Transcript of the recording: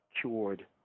cured